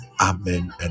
Amen